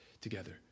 together